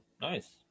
nice